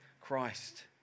Christ